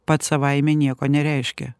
pats savaime nieko nereiškia